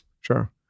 Sure